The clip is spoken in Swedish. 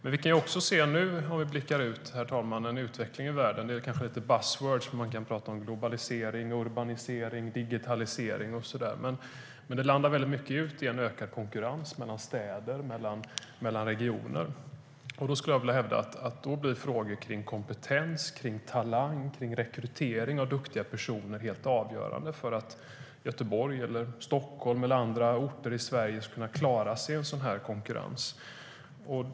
Om vi blickar ut nu, herr talman, kan vi se en utveckling i världen där några buzz words som man kan prata om är globalisering, urbanisering och digitalisering. Men det landar väldigt mycket i en ökad konkurrens mellan städer och mellan regioner. Då vill jag hävda att frågor kring konkurrens, talang och rekrytering av duktiga personer är helt avgörande för att Göteborg, Stockholm eller andra orter i Sverige ska kunna klara sig i konkurrensen.